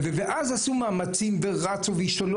ואז עשו מאמצים, רצו והשתוללו.